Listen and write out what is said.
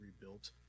rebuilt